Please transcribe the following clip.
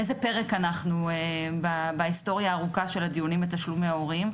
איזה פרק אנחנו בהיסטוריה הארוכה של הדיונים על תשלומי הורים.